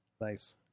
Nice